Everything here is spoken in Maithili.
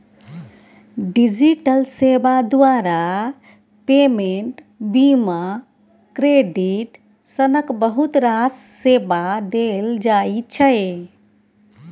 डिजिटल सेबा द्वारा पेमेंट, बीमा, क्रेडिट सनक बहुत रास सेबा देल जाइ छै